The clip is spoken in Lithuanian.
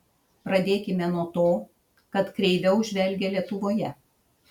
pradėkime nuo to kad kreiviau žvelgia lietuvoje